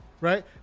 right